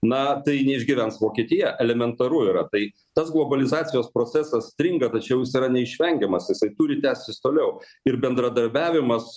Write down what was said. na tai neišgyvens vokietija elementaru yra tai tas globalizacijos procesas stringa tačiau jis yra neišvengiamas jisai turi tęstis toliau ir bendradarbiavimas